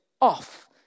off